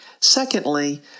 Secondly